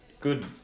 good